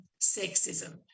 sexism